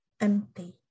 empty